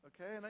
okay